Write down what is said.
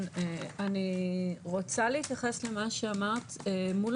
אני רוצה להתייחס למספרים.